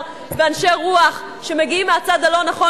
באנשי רוח שמגיעים מהצד הלא-נכון,